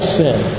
sin